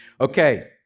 Okay